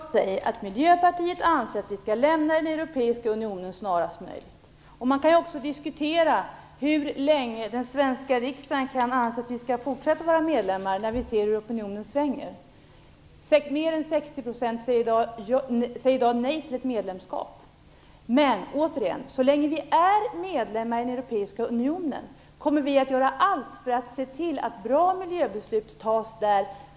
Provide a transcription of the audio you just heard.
Fru talman! Jag säger att Miljöpartiet anser att vi skall lämna den europeiska unionen snarast möjligt. Man kan också diskutera hur länge den svenska riksdagen kan anse att vi skall fortsätta att vara medlemmar när vi ser hur opinionen svänger. Mer än 60 % säger i dag nej till ett medlemskap. Men så länge vi är medlemmar i den europeiska unionen kommer vi att göra allt för att se till att det fattas bra miljöbeslut där.